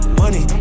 money